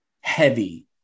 heavy